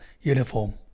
uniform